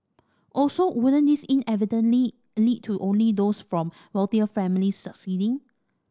also wouldn't this inadvertent lead lead to only those from wealthier families succeeding